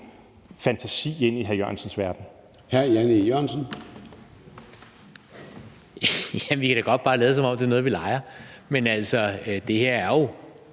Gade): Hr. Jan E. Jørgensen. Kl. 16:59 Jan E. Jørgensen (V): Jamen vi kan da godt bare lade, som om det er noget, vi leger. Men det her er jo